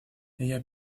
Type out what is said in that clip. ella